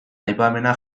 aipamena